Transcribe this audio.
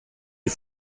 die